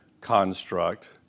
construct